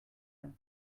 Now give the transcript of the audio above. well